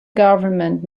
government